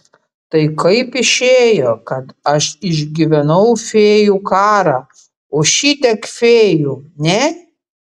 tai kaip išėjo kad aš išgyvenau fėjų karą o šitiek fėjų ne